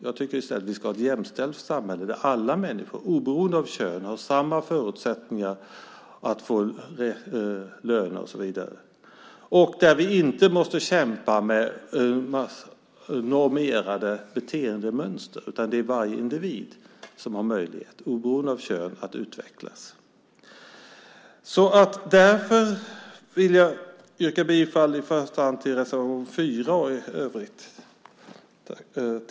I stället ska vi, tycker jag, ha ett jämställt samhälle där alla människor, oberoende av kön, har samma förutsättningar att få lön och så vidare och där vi inte måste kämpa med normerade beteendemönster. I stället ska varje individ, oberoende av kön, ha möjlighet att utvecklas. Mot den bakgrunden yrkar jag bifall till reservation 4.